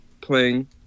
playing